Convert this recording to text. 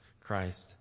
Christ